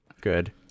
Good